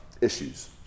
issues